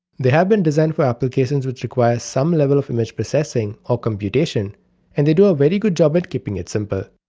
they have been designed for applications which require some level of image processing or computation and they do a very good job at keeping it simple.